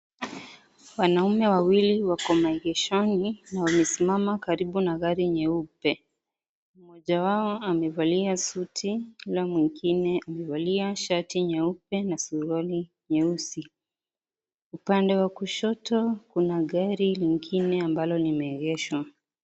Wanaume wawili wako maegeshoni, na wamesimama karibu na gari nyeupe. Mmoja wao amevalia suti, huyo mwingine amevalia shati nyeupe na suruali nyeusi. Upande wa kushoto kuna gari lingine ambalo limeegeshwa.